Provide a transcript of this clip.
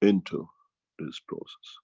into this process.